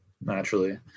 naturally